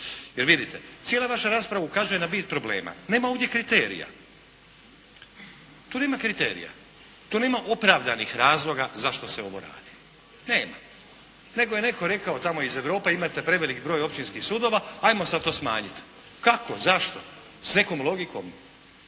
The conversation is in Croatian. Jer vidite, cijela vaša rasprava ukazuje na bit problema. Nema ovdje kriterija. Tu nema kriterija. Tu nema opravdanih razloga zašto se ovo radi. Nema. Nego je netko rekao tamo iz Europe imate preveliki broj općinskih sudova, ajmo sada to smanjiti. Kako? Zašto? S nekom logikom?